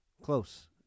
Close